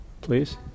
Please